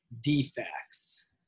defects